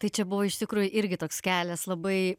tai čia buvo iš tikrųjų irgi toks kelias labai